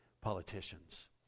politicians